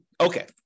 Okay